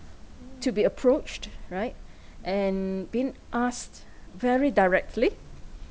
to be approached right and been asked very directly